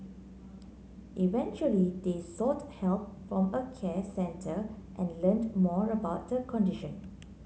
eventually they sought help from a care centre and learnt more about the condition